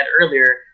earlier